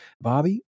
Bobby